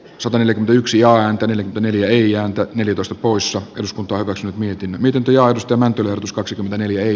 sataneljäkymmentäyksi ääntä neljä ääntä eli toista poissa jos kuntoutus nyt mietin miten tujaus tämän tylskaksikymmentäneljä ei